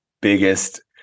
biggest